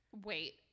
wait